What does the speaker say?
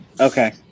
Okay